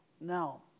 No